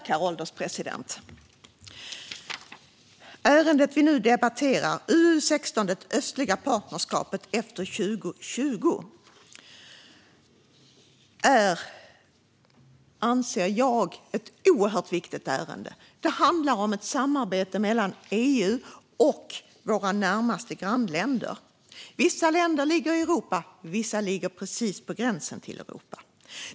Herr ålderspresident! Ärendet vi nu debatterar, UU16 Det östliga partnerskapet efter 2020 , anser jag är ett oerhört viktigt ärende. Det handlar om ett samarbete mellan EU och våra närmaste grannländer - vissa länder ligger i Europa, och vissa ligger precis på gränsen till Europa.